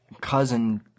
cousin